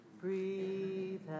Breathe